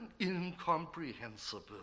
incomprehensible